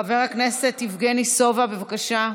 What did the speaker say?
חבר הכנסת יבגני סובה, בבקשה.